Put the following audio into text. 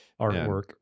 Artwork